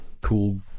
cool